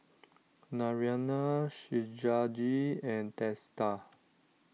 Naraina Shivaji and Teesta